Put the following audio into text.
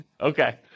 Okay